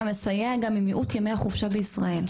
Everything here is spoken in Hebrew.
מסייע גם עם מיעוט ימי החופשה בישראל.